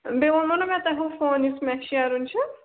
بیٚیہِ ووٚنمو نا مےٚ تۄہہِ ہُہ فون یُس مےٚ شیرُن چھُ